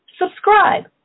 Subscribe